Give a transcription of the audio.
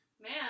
Man